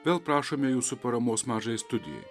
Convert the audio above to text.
vėl prašome jūsų paramos mažai studijai